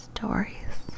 Stories